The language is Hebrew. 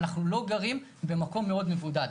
אנחנו לא גרים במקום מאוד מבודד.